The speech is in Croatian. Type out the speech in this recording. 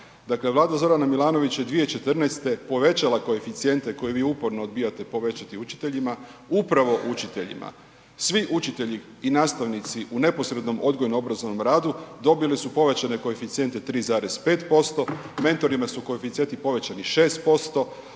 dakle Vlada Zorana Milanovića je 2014. povećala koeficijente koje vi uporno odbijate povećati učiteljima, upravo učiteljima, svi učitelji i nastavnici u neposrednom odgojno obrazovnom radu dobili su povećane koeficijente 3,5%, mentorima su koeficijenti povećani 6%,